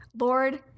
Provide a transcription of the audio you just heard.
Lord